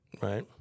Right